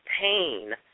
pain